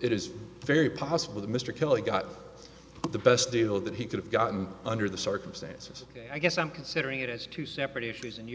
it is very possible that mr killen got the best deal that he could have gotten under the circumstances i guess i'm considering it as two separate issues and you're